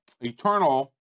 eternal